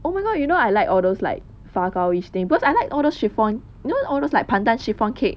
oh my god you know I like all those like 发糕 thing because I like all those chiffon you know all those like pandan chiffon cake